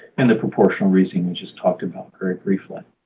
and the proportional reasoning we just talked about very briefly.